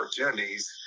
opportunities